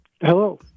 Hello